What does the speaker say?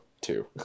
two